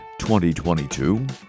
2022